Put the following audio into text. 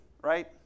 right